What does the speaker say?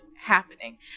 happening